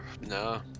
no